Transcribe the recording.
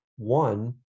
one